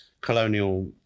colonial